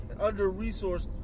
under-resourced